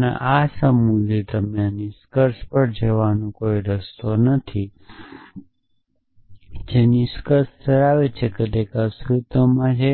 ડેટાના આ સમૂહથી તમે આ નિષ્કર્ષ પર જવાનો કોઈ રસ્તો નથી તે નિષ્કર્ષ ધરાવે છે કે તે એક અસ્તિત્વમાં છે